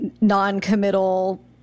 non-committal